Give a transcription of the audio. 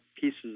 pieces